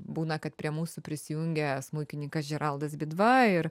būna kad prie mūsų prisijungia smuikininkas džeraldas bidva ir